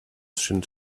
since